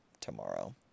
tomorrow